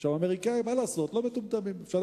האמריקנים, מה לעשות, לא מטומטמים.